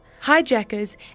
hijackers